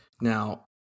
Now